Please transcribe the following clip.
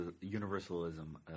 universalism